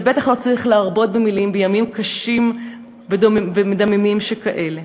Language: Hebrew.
ובטח לא צריך להרבות במילים בימים קשים ומדממים שכאלה.